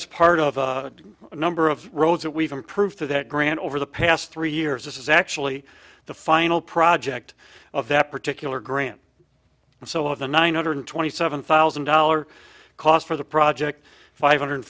is part of a number of roads that we've improved for that grant over the past three years this is actually the final project of that particular grant so of the nine hundred twenty seven thousand dollars cost for the project five hundred